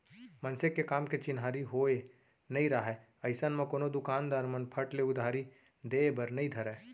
मनसे के काम के चिन्हारी होय नइ राहय अइसन म कोनो दुकानदार मन फट ले उधारी देय बर नइ धरय